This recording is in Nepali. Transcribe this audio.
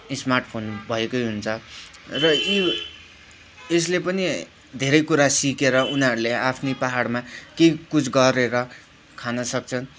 स्मार्टफोन भएकै हुन्छ र यी यसले पनि धेरै कुरा सिकेर उनीहरूले आफ्नै पाहाडमा केही कुछ गरेर खान सक्छन्